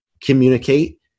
communicate